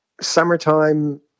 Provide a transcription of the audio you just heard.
summertime